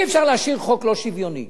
אי-אפשר להשאיר חוק לא שוויוני